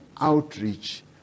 outreach